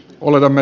oletamme